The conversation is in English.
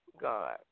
God